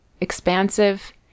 expansive